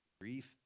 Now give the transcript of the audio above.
grief